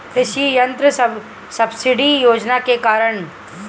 कृषि यंत्र सब्सिडी योजना के कारण?